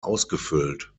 ausgefüllt